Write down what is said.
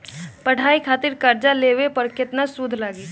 पढ़ाई खातिर कर्जा लेवे पर केतना सूद लागी?